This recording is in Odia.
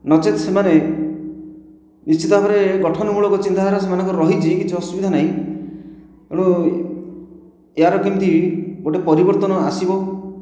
ନଚେତ୍ ସେମାନେ ନିଶ୍ଚିତ ଭାବରେ ଗଠନ ମୂଳକ ଚିନ୍ତାଧାରା ସେମାନଙ୍କର ରହିଛି କିଛି ଅସୁବିଧା ନାହିଁ ତେଣୁ ଏହାର କିମିତି ଗୋଟିଏ ପରିବର୍ତ୍ତନ ଆସିବ